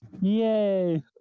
Yay